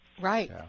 Right